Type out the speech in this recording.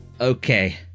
Okay